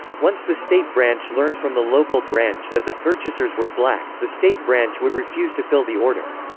once the state branch learned from the local branch that the purchasers were black, the state branch would refuse to fill the order.